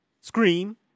Scream